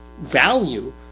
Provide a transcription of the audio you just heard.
value